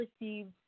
received